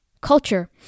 culture